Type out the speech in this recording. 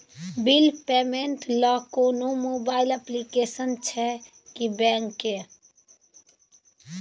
Bill payment ल कोनो mobile application छै की बैंक के?